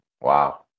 wow